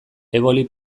eboli